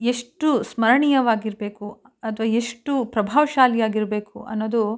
ಎಷ್ಟು ಸ್ಮರಣೀಯವಾಗಿರ್ಬೇಕು ಅಥವಾ ಎಷ್ಟು ಪ್ರಭಾವಶಾಲಿಯಾಗಿರ್ಬೇಕು ಅನ್ನೋದು